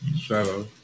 Shadow